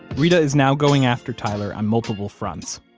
reta is now going after tyler on multiple fronts.